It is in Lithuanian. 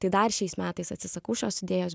tai dar šiais metais atsisakau šios idėjos